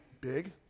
big